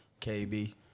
KB